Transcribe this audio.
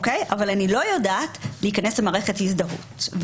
אבל אני לא יודעת להיכנס למערכת הזדהות,